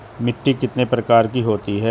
मिट्टी कितने प्रकार की होती हैं?